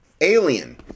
alien